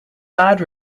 bad